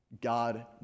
God